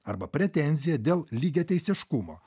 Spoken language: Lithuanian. arba pretenzija dėl lygiateisiškumo